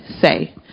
say